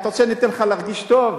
אתה רוצה שאני אתן לך להרגיש טוב,